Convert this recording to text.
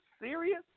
serious